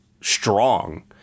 strong